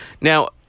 Now